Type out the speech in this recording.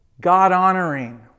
God-honoring